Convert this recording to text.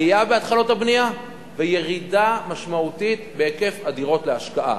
עלייה בהתחלות הבנייה וירידה משמעותית בהיקף הדירות להשקעה.